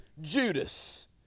Judas